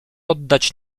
oddać